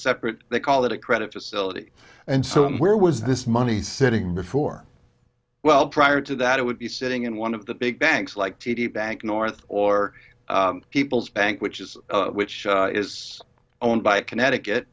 separate they call it a credit facility and so where was this money sitting before well prior to that it would be sitting in one of the big banks like t d bank north or people's bank which is which is owned by connecticut